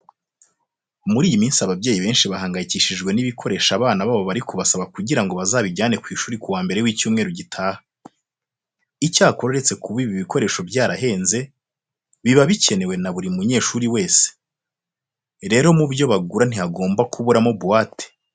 Muri iyi minsi ababyeyi benshi bahangayikishijwe n'ibikoresho abana babo bari kubasaba kugira ngo bazabijyane ku ishuri ku wa mbere w'icyumweru gitaha. Icyakora uretse kuba ibi bikoresho byarahenze, biba bikenewe na buri munyeshuri wese. Rero mu byo bagura ntihagomba kuburamo buwate.